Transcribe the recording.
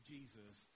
Jesus